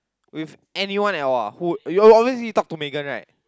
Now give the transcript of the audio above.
with anyone else ah who you will obviously talk to Megan right